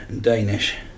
Danish